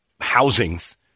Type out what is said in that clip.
housings